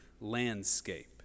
landscape